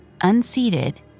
unseated